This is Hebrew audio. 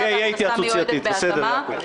בבקשה, משרד החקלאות.